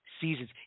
seasons